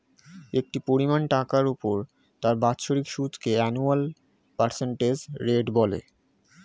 একটি পরিমাণ টাকার উপর তার বাৎসরিক সুদকে অ্যানুয়াল পার্সেন্টেজ রেট বলে